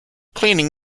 cleaning